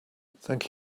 thank